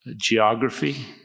geography